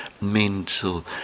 mental